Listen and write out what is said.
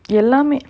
எல்லாமே:ellaamae